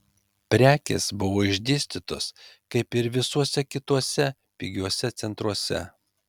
prekės buvo išdėstytos kaip ir visuose kituose pigiuose centruose